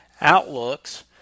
outlooks